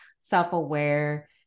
self-aware